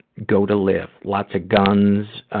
go to live. lots of guns,